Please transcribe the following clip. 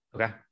okay